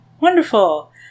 wonderful